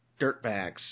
dirtbags